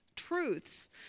Truths